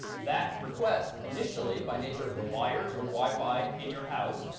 that request initially, by nature of the wires or wi-fi in your house,